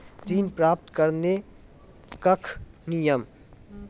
ऋण प्राप्त करने कख नियम?